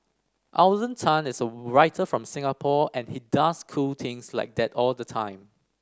Alden Tan is a writer from Singapore and he does cool things like that all the time